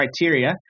criteria